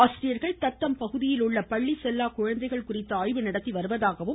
ஆசிரியர்கள் தத்தம் பகுதியில் உள்ள பள்ளி செல்லா குழந்தைகள் குறித்த ஆய்வு நடத்தி வருவதாக கூறினார்